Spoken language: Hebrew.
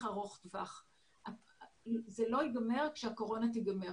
ארוך טווח וזה לא יגמר כשהקורונה תיגמר.